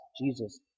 Jesus